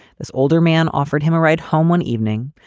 this older man offered him a ride home one evening,